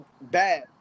bad